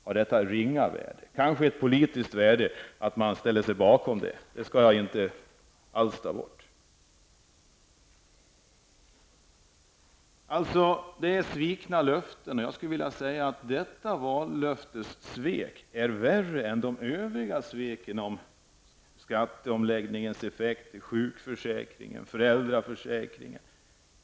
Men det kanske har ett politiskt värde att man ställer sig bakom detta, och det skall inte jag ta bort. Det handlar således om svikna löften. Jag skulle vilja säga att detta vallöftessvek är värre än de övriga sveken om skatteomläggningens effekter, sjukförsäkringen och föräldraförsäkringen.